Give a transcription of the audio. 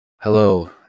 Hello